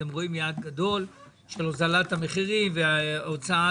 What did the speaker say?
של הוזלת המחירים והוצאת